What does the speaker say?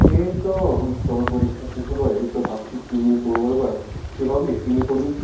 এই তো সবে পরীক্ষা শেষ হলো এই তো ভাবছি কি নিয়ে পড়বো এবার তুই ভাবলি কি নিয়ে পড়বি